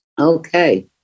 Okay